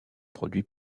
produit